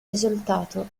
risultato